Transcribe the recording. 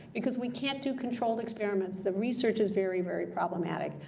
because we can't do controlled experiments. the research is very, very problematic.